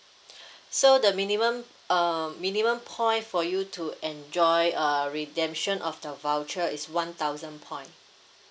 so the minimum err minimum point for you to enjoy a redemption of the voucher is one thousand point